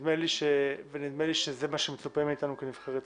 נדמה לי שזה מה שמצופה מאיתנו כנבחרי ציבור.